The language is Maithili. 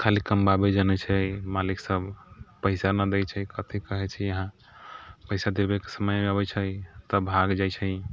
खाली कमबाबै जनैत छै मालिक सब पैसा नहि दै छै कथी कहैत छी अहाँ पैसा देबेके समय अबैत छै तब भाग जाइत छै